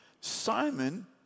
Simon